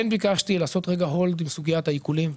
כן ביקשתי לעשות הולד עם סוגיית העיקולים,